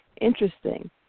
interesting